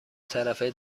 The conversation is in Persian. طرفه